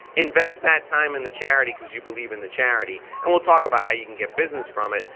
invest that time in the charity cause you believe in the charity and we'll talk about how you can get business from it,